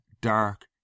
dark